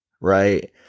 Right